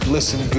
Listen